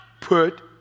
put